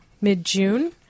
mid-June